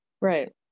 Right